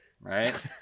right